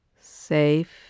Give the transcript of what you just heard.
Safe